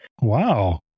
Wow